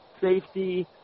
safety